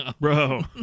bro